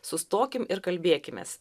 sustokim ir kalbėkimės